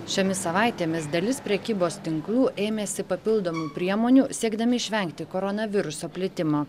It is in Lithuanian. šiomis savaitėmis dalis prekybos tinklų ėmėsi papildomų priemonių siekdami išvengti koronaviruso plitimo